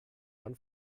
man